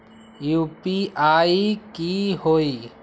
UPI की होई?